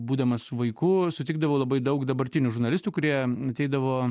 būdamas vaiku sutikdavau labai daug dabartinių žurnalistų kurie ateidavo